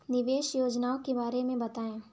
निवेश योजनाओं के बारे में बताएँ?